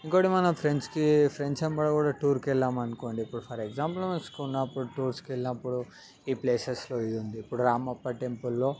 ఇంకొకటి మనం ఫ్రెండ్స్కి ఫ్రెండ్స్ వెంబడి కూడా టూర్కి వెళ్ళాం అనుకోండి ఫర్ ఎగ్జాంపుల్ వేసుకున్నప్పుడు టూర్కి వెళ్ళినప్పుడు ఈ ప్లేసెస్లో ఇది ఉంది ఇప్పుడు రామప్ప టెంపుల్లో